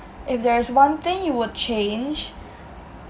if there's one thing you would change